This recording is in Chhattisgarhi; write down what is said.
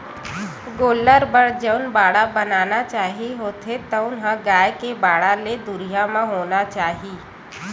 गोल्लर बर जउन बाड़ा बनाना चाही होथे तउन ह गाय के बाड़ा ले दुरिहा म होना चाही